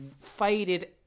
faded